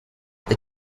they